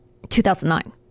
2009